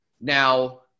Now